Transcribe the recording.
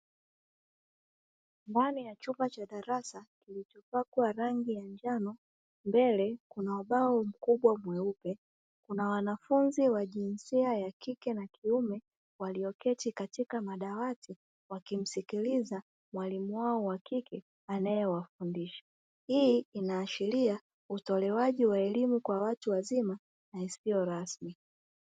Ndani ya chumba cha darasa kilichopakwa rangi ya njano mbele kuna ubao mkubwa mweupe, kuna wanafunzi wa jinsia ya kike na kiume walioketi katika madawati wakimsikiliza mwalimu wao wa kike anayewafundisha, hii inaashiria utolewaji wa elimu kwa watu wazima na isiyo rasmi.